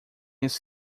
his